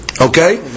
Okay